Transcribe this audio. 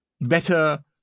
better